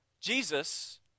Jesus